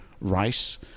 rice